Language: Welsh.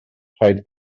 rhaid